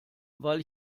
weil